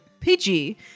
Pidgey